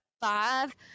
five